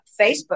Facebook